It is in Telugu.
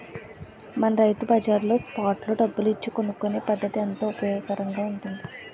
మన రైతు బజార్లో స్పాట్ లో డబ్బులు ఇచ్చి కొనుక్కునే పద్దతి ఎంతో ఉపయోగకరంగా ఉంటుంది